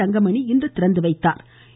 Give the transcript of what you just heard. தங்கமணி இன்று திறந்து வைத்தாா்